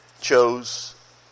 chose